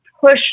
push